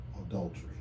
adultery